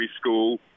school